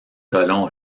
colons